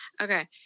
Okay